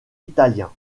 italiens